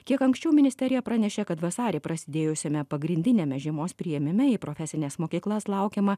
kiek anksčiau ministerija pranešė kad vasarį prasidėjusiame pagrindiniame žiemos priėmime į profesines mokyklas laukiama